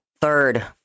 third